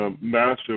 Massive